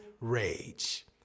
rage